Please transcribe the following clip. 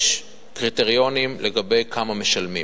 יש קריטריונים לגבי כמה משלמים.